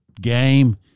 game